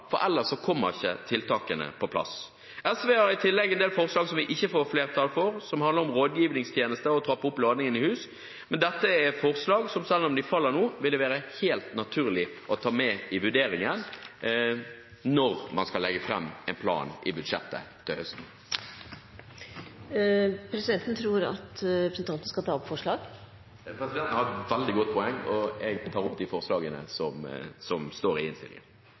for ellers kommer ikke tiltakene på plass. SV er i tillegg med på en del forslag som vi ikke får flertall for, som handler om rådgivningstjenester og å trappe opp ladingen i hus. Men dette er forslag som, selv om de faller nå, ville være helt naturlig å ta med i vurderingen når man skal legge fram en plan i budsjettet til høsten. Presidenten tror at representanten skal ta opp forslag. Presidenten har et veldig godt poeng, og jeg tar opp forslagene fra SV og Miljøpartiet De Grønne i innstillingen.